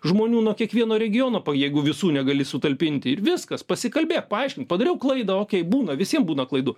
žmonių nuo kiekvieno regiono po jeigu visų negali sutalpinti ir viskas pasikalbėk paaiškink padariau klaidą okei būna visiem būna klaidų